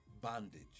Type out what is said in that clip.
bondage